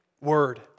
word